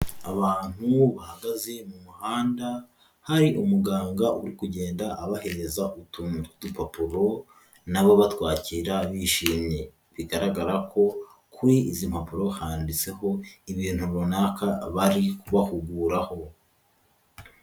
Abantu bahagaze mu muhanda, hari umuganga uri kugenda abahereza utuntu tw'udupapuro, nabo batwakira bishimye. Bigaragara ko kuri izi mpapuro handitseho ibintu runaka bari kubahuguraho.